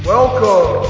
Welcome